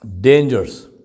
dangers